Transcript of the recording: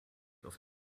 auf